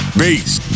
bass